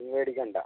നീ പേടിക്കണ്ട